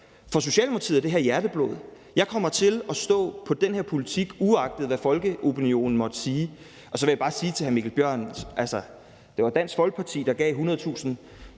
For Socialdemokratiet er det her hjerteblod. Jeg kommer til at stå for den her politik, uagtet hvad folkeopinionen måtte sige. Så vil jeg bare sige til hr. Mikkel Bjørn: Det var Dansk Folkeparti, der gav 100.000